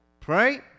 Pray